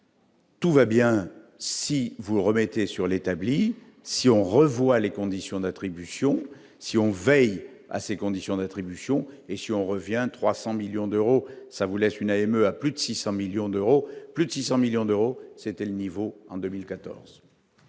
Tout va bien, si vous remettez sur l'établi si on revoit les conditions d'attribution si on veille à ses conditions d'attribution et, si on revient 300 millions d'euros, ça vous laisse unanime à plus de 600 millions d'euros, plus de 600 millions d'euros, c'était le niveau en 2014.